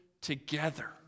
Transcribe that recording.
together